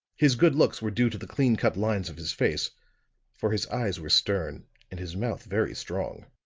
his good looks were due to the clean-cut lines of his face for his eyes were stern and his mouth very strong.